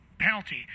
penalty